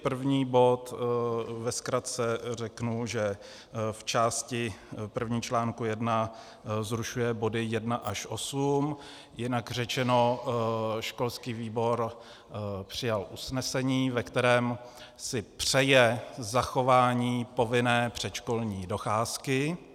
První bod ve zkratce řeknu, že v části první článku 1 zrušuje body 1 až 8, jinak řečeno školský výbor přijal usnesení, ve kterém si přeje zachování povinné předškolní docházky.